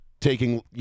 taking